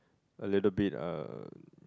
a little bit uh